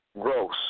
gross